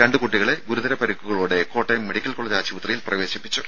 രണ്ടു കുട്ടികളെ ഗുരുതര പരിക്കുകളോടെ കോട്ടയം മെഡിക്കൽ കോളജ് ആശുപത്രിയിൽ പ്രവേശിപ്പിച്ചു